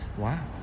Wow